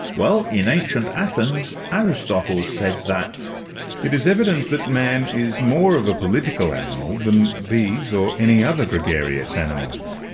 well, in ancient athens, aristotle said that reader it is evident that man is more of a political animal than these or any other gregarious animals.